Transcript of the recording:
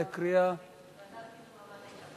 לדיון מוקדם בוועדה לקידום מעמד האשה